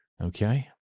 Okay